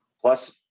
plus